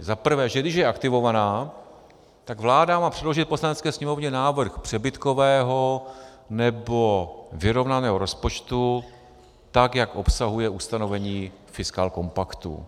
Za prvé, že když je aktivovaná, tak vláda má předložit Poslanecké sněmovně návrh přebytkového nebo vyrovnaného rozpočtu tak, jak obsahuje ustanovení fiskálkompaktu.